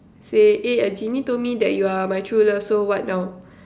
say eh a genie told me that you are my true love so what now